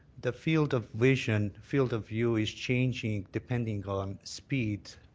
the field of vision, field of view, is changing depending on speed.